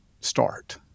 start